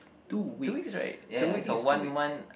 two weeks ya ya I think it's two weeks